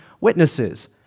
witnesses